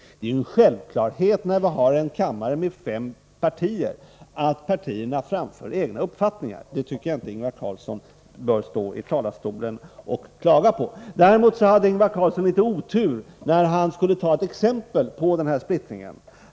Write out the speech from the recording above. Det är en självklarhet när vi har en kammare med fem partier att dessa framför egna uppfattningar. Jag tycker inte att Ingvar Carlsson från denna talarstol skall klaga på detta. Däremot hade Ingvar Carlsson litet otur när han skulle anföra ett exempel på denna splittring.